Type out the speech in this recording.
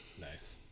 Nice